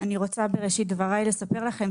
אני רוצה בראשית דבריי שלפני הישיבה,